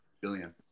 billion